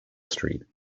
street